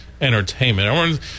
entertainment